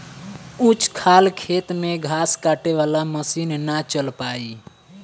ऊंच खाल खेत में घास काटे वाला मशीन ना चल पाई